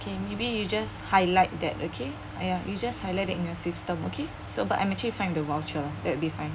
okay maybe you just highlight that okay ya you just highlight that in your system okay so but I'm actually fine the voucher that will be fine